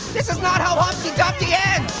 this is not how humpty dumpty ends!